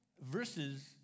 Versus